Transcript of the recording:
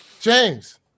James